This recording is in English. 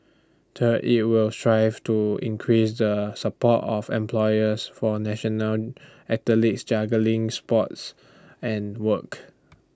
third IT will strive to increase the support of employers for national athletes juggling sports and work